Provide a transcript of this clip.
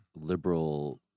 liberal